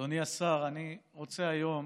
אדוני השר, אני רוצה היום